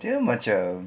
dia macam